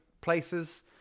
places